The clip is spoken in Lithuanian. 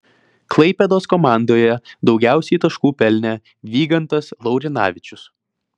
klaipėdos komandoje daugiausiai taškų pelnė vygantas laurinavičius